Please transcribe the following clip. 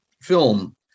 film